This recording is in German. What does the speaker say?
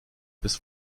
bis